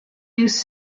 news